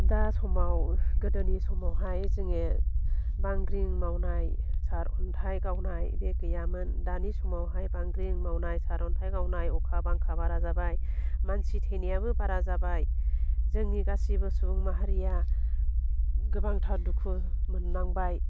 दा समाव गोदोनि समावहाय जोङो बांग्रिं मावनाय सार अन्थाइ गावनाय बे गैयामोन दानि समावहाय बांग्रिं मावनाय सार अन्थाइ गावनाय अखा बांखा बारा जाबाय मानसि थैनायाबो बारा जाबाय जोंनि गासिबो सुबुं माहारिया गोबांथार दुखु मोननांबाय